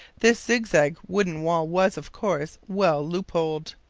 this zigzag wooden wall was, of course, well loopholed.